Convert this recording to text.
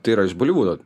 tai yra iš bolivudo